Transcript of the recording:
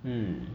mm